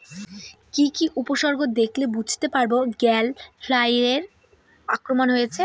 কি কি উপসর্গ দেখলে বুঝতে পারব গ্যাল ফ্লাইয়ের আক্রমণ হয়েছে?